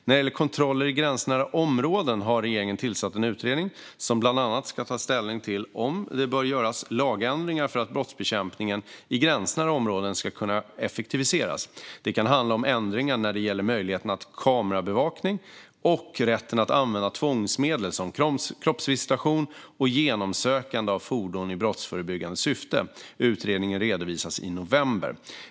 När det gäller kontroller i gränsnära områden har regeringen tillsatt en utredning som bland annat ska ta ställning till om det bör göras lagändringar för att brottsbekämpningen i gränsnära områden ska kunna effektiviseras. Det kan handla om ändringar när det gäller möjligheten till kamerabevakning och rätten att använda tvångsmedel som kroppsvisitation och genomsökande av fordon i brottsförebyggande syfte. Utredningen redovisas i november.